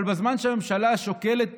אבל בזמן שהממשלה שוקלת